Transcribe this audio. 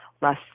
less